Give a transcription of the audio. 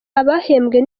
abahembwe